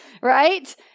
right